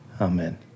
amen